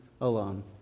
alone